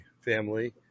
family